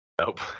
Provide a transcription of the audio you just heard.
Nope